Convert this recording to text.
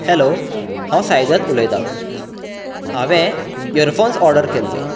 hello हांव साईदत्त उलयता हांवें इयरफोन्स ऑर्डर केल्ले